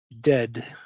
dead